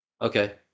Okay